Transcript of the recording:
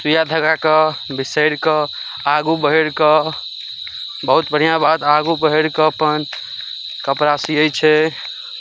सुइया धगाके बिसैरि कऽ आगू बैढ़ि कऽ बहुत बढ़िऑं बात आगू बैढ़ि कऽ अपन कपड़ा सियै छै